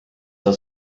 saa